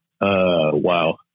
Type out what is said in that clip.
Wow